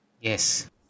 yes